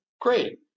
Great